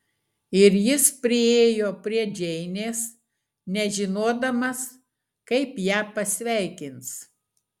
ir jis priėjo prie džeinės nežinodamas kaip ją pasveikins